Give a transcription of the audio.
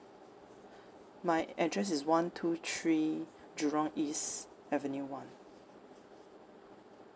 my address is one two three jurong east avenue one